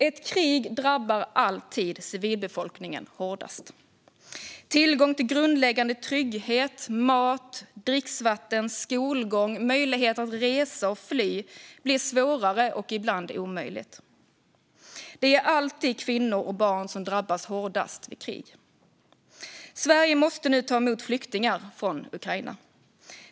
Ett krig drabbar alltid civilbefolkningen hårdast. Tillgång till grundläggande trygghet, mat, dricksvatten och skolgång, möjligheter att resa och fly blir svårare och ibland omöjligt. Det är alltid kvinnor och barn som drabbas hårdast i krig. Sverige måste nu ta emot flyktingar från Ukraina.